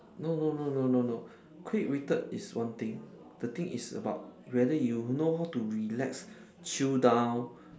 no no no no no no quick-witted is one thing the thing is about whether you know how to relax chill down